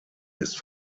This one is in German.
ist